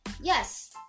Yes